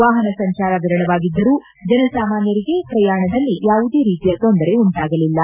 ವಾಹನ ಸಂಚಾರ ವಿರಳವಾಗಿದ್ದರೂ ಜನಸಾಮಾನ್ನರಿಗೆ ಪ್ರಯಾಣದಲ್ಲಿ ಯಾವುದೇ ರೀತಿಯ ತೊಂದರೆ ಉಂಟಾಗಲಿಲ್ಲ